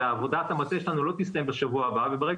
ועבודת המטה שלנו לא תסתיים בשבוע הבא וברגע